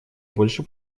больше